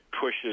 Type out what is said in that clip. pushes